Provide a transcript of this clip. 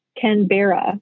Canberra